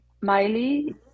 Miley